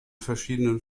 verschiedenen